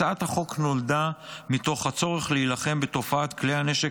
הצעת החוק נולדה מתוך הצורך להילחם בתופעת כלי הנשק